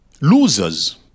Losers